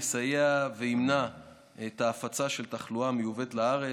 תסייע ותמנע את ההפצה של תחלואה מיובאת לארץ,